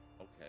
okay